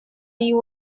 you